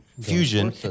fusion